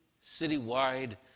city-wide